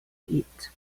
eat